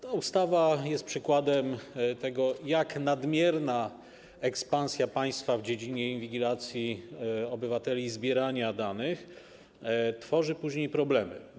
Ta ustawa jest przykładem tego, jak nadmierna ekspansja państwa w dziedzinie inwigilacji obywateli i zbierania danych tworzy później problemy.